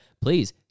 Please